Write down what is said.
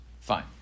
Fine